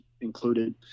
included